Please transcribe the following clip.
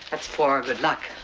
that's for good luck.